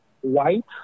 white